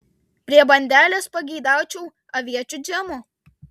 prie bandelės pageidaučiau aviečių džemo